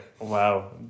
Wow